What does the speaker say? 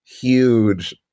huge